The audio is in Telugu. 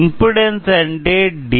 ఇంపెడెన్సు అంటే డి